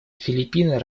филиппины